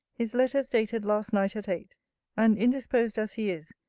his letter is dated last night at eight and, indisposed as he is,